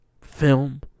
Film